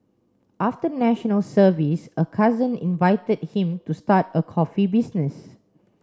after National Service a cousin invited him to start a coffee business